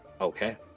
Okay